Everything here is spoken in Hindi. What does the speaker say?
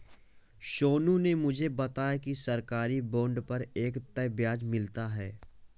सोनू ने मुझे बताया कि सरकारी बॉन्ड पर एक तय ब्याज मिलता है